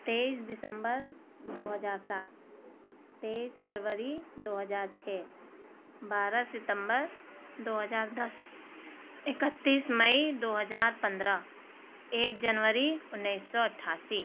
تئیس دسمبر دو ہزار سات تئیس فروری دو ہزار چھ بارہ ستمبر دو ہزار دس اکتیس مئی دو ہزار پندرہ ایک جنوری اُنیس سو اٹھاسی